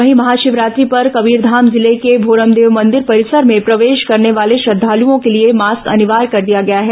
वहीं महाशिवरात्रि पर कबीरधाम जिले के भोरमदेव मंदिर परिसर में प्रवेश करने वाले श्रद्धालुओं के लिए मास्क अनिवार्य कर दिया गया है